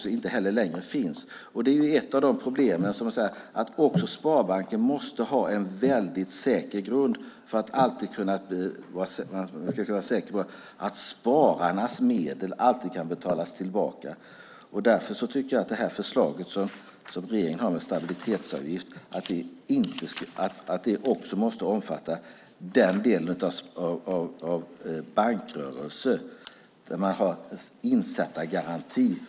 Inte heller den finns längre. Ett av problemen är att också sparbankerna måste ha en mycket stabil grund för att kunna vara säkra på att spararnas medel alltid kan betalas tillbaka. Därför tycker jag att regeringens förslag om stabilitetsavgift även måste omfatta hela den del av bankrörelsen där man har insättargaranti.